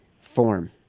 form